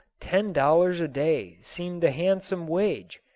ten dollars a day seemed a handsome wage,